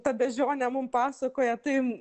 ta beždžionė mum pasakoja tai